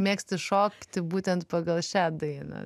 mėgsti šokti būtent pagal šią dainą